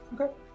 Okay